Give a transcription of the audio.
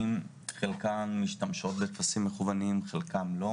של דבר כשאנחנו נכנסים לעולמות השירות יש ממש